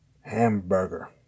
Hamburger